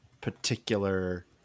particular